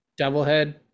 Devilhead